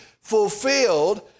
fulfilled